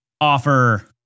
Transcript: offer